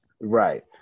Right